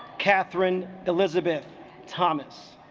catherine elizabeth thomas